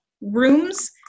rooms